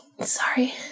Sorry